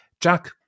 Jack